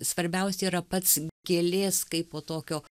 svarbiausia yra pats gėlės kaipo tokio